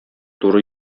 туры